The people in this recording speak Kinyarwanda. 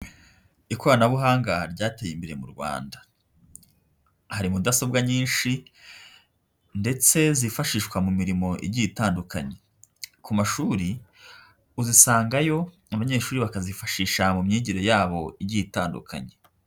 Ikoranabuhanga ryateye imbere mu Rwanda, hari mudasobwa nyinshi ndetse zifashishwa mu mirimo igiye itandukanye. Ku mashuri uzisangayo abanyeshuri bakazifashisha mu myigire yabo igiye itandukanye.